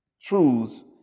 truths